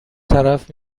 طرف